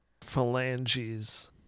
phalanges